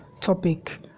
topic